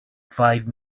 five